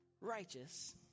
Righteous